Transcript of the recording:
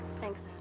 Thanks